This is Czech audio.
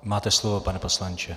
Máte slovo, pane poslanče.